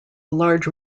large